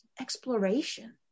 exploration